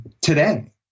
today